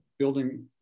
building